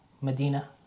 Medina